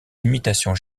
imitations